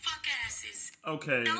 Okay